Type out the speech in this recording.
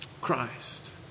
Christ